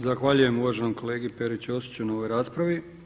Zahvaljujem uvaženom kolegi Peri Ćosiću na ovoj raspravi.